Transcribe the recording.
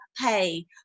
pay